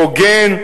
הוגן,